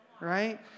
right